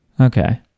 Okay